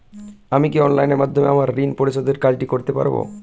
আমি কি অনলাইন মাধ্যমে আমার ঋণ পরিশোধের কাজটি করতে পারব?